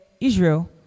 Israel